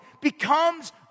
becomes